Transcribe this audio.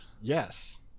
Yes